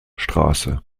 straße